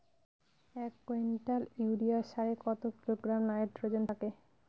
এক quintal urea সারে কত কিলোগ্রাম নাইট্রোজেন থাকে?